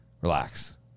relax